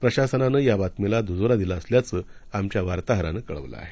प्रशासनानंयाबातमीलाद्जोरादिलाअसल्याचंआमच्यावार्ताहरानंकळवलंआहे